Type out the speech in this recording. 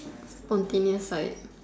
spontaneous side